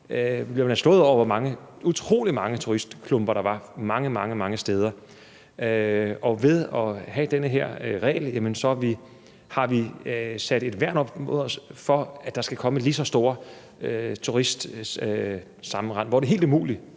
slog det en, hvor utrolig mange turistklumper der var mange, mange steder, og ved at have den her regel har vi sat et værn op mod, at der skal komme et lige så stort turistsammenrend, hvor det fysisk er helt umuligt